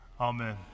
Amen